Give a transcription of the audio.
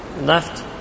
left